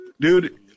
Dude